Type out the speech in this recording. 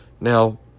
Now